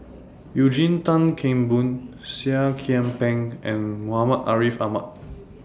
Eugene Tan Kheng Boon Seah Kian Peng and Muhammad Ariff Ahmad